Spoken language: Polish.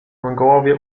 mongołowie